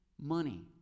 money